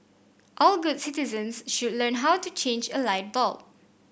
all good citizens should learn how to change a light bulb